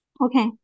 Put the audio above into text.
Okay